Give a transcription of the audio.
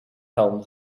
helm